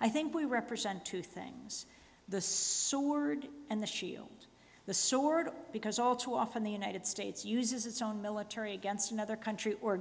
i think we represent two things the sword and the shield the sword because all too often the united states uses its own military against another country or